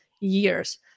years